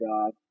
God